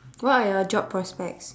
what are your job prospects